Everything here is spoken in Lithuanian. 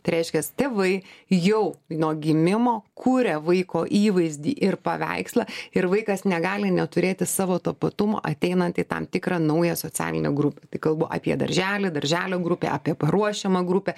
tai reiškias tėvai jau nuo gimimo kuria vaiko įvaizdį ir paveikslą ir vaikas negali neturėti savo tapatumo ateinant į tam tikrą naują socialinę grupę tai kalbu apie darželį darželio grupė apie paruošiamą grupę